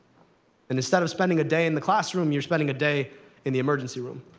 and instead of spending a day in the classroom, you're spending a day in the emergency room.